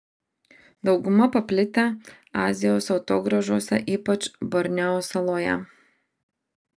dauguma paplitę azijos atogrąžose ypač borneo saloje